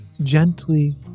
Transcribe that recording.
gently